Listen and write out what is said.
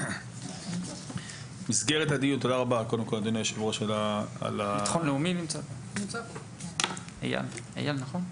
תודה רבה אדוני היו״ר ותודה לחבר הכנסת אילוז.